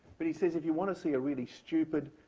but he says if you want to see a really stupid,